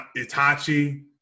Itachi